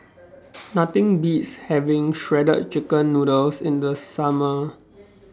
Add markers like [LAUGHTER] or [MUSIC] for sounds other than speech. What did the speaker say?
[NOISE] Nothing Beats having Shredded Chicken Noodles in The Summer